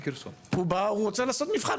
הוא בא, הוא רוצה לעשות מבחן.